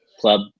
club